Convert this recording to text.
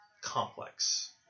complex